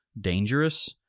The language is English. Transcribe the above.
dangerous